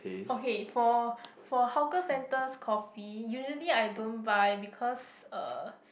okay for for hawker centres coffee usually I don't buy because uh